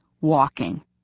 walking